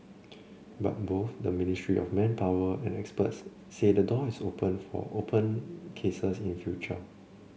but both the Ministry of Manpower and experts say the door is open for open cases in future